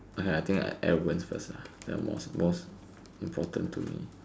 !aiya! I think I ah that one's most most important to me